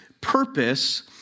purpose